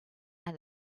and